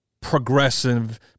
progressive